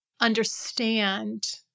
understand